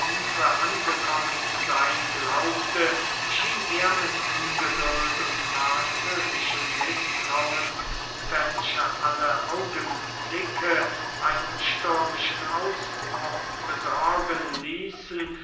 angekommen zu seyn glaubte schien er mit ungeduld und argwöhnischem mißtrauen welche alle augenblicke einen stürmischen ausbruch besorgen ließen